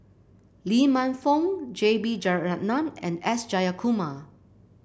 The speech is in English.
Lee Man Fong J B Jeyaretnam and S Jayakumar